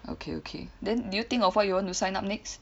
okay okay then did you think of what you want to sign up next